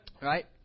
right